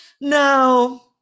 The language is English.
No